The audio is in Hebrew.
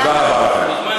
תודה רבה לכם.